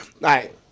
right